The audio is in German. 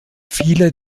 viele